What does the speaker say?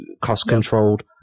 cost-controlled